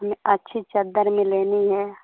हमें अच्छी चादर में लेनी है